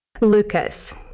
Lucas